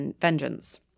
vengeance